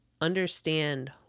Understand